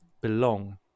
belong